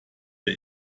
der